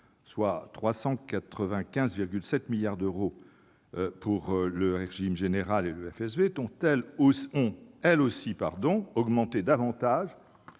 soit 395,7 milliards d'euros pour le régime général et le FSV, ont, elles aussi, augmenté davantage